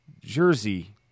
Jersey